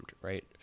right